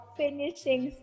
finishing